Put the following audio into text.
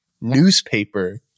newspaper